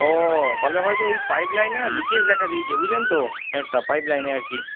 ও তাহলে হয়তো ওই পাইপ লাইনে লিকেজ দেখা দিয়েছে বুঝলেন তো একটা পাইপ লাইনে আর কি